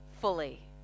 fully